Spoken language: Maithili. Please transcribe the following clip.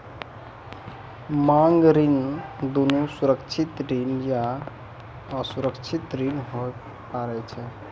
मांग ऋण दुनू सुरक्षित ऋण या असुरक्षित ऋण होय पारै छै